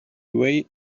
way